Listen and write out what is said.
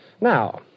Now